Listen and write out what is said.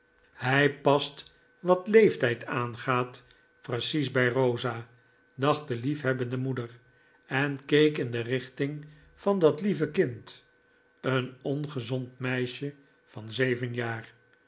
hij past wat leeftijd aangaat precies bij rosa dacht de liefhebbende moeder en keek in de richting van dat lieve kind een ongezond meisje van zeven jaar